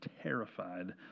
terrified